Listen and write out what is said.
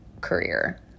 career